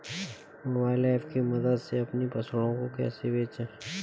Mobile app की मदद से अपनी फसलों को कैसे बेचें?